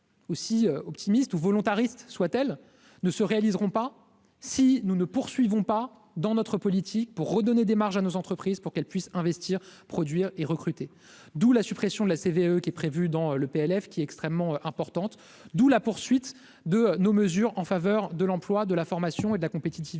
aussi optimiste ou volontariste soit-elle, ne se réaliseront pas si nous ne poursuivons pas dans notre politique pour redonner des marges à nos entreprises pour qu'elles puissent investir, produire et recruter, d'où la suppression de la CVAE qui est prévue dans le PLF qui est extrêmement importante, d'où la poursuite. De nos mesures en faveur de l'emploi, de la formation et de la compétitivité